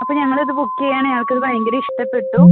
അപ്പം ഞങ്ങളിത് ബുക്ക് ചെയ്യാണ് ഞങ്ങൾക്കിത് ഭയങ്കരിഷ്ടപ്പെട്ടു